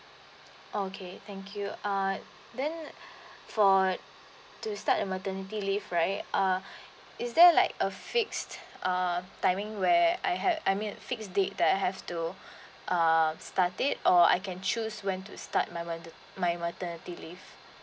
okay thank you uh then for to start a maternity leave right uh is there like a fixed uh timing where I have I mean fixed date that I have to uh start it or I can choose when to start my maternity leave